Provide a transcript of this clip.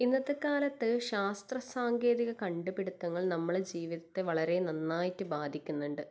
ഇന്നത്തെക്കാലത്ത് ശാസ്ത്ര സാങ്കേതിക കണ്ടുപിടിത്തങ്ങൾ നമ്മളെ ജീവിതത്തെ വളരെ നന്നായിട്ട് ബാധിക്കുന്നുണ്ട്